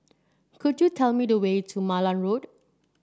could you tell me the way to Malan Road